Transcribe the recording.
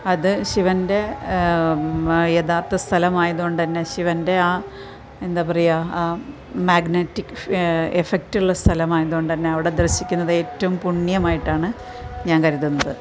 അത് ശിവൻ്റെ യഥാർത്ഥ സ്ഥലം ആയതുകൊണ്ട് തന്നെ ശിവൻ്റെ ആ എന്താ പറയാ ആ മാഗ്നെറ്റിക് ഫെ എഫക്ട് ഉള്ള സ്ഥലം ആയതുകൊണ്ടന്നെ അവിടെ ദർശിക്കുന്നത് ഏറ്റവും പുണ്യം ആയിട്ട് ഞാൻ കരുതുന്നത്